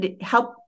help